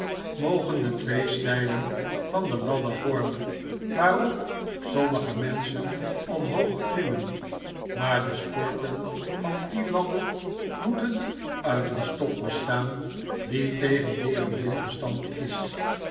mogen de twee stijlen van de ladder vormen waarop sommige menschen omhoog klimmen maar de sporten van die ladder moeten uit een stof bestaan die tegen weer en wind bestand is